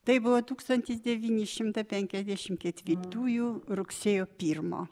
tai buvo tūkstantis devyni šimtai penkiasdešimt ketvirtųjų rugsėjo pirmo